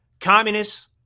communists